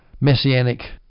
messianic